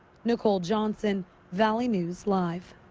nicole johnson valley news live.